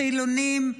חילונים,